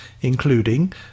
including